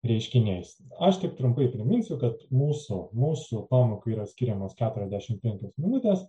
reiškiniais aš tik trumpai priminsiu kad mūsų mūsų pamokai yra skiriamos keturiasdešimt penkios minutės